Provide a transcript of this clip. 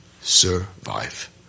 survive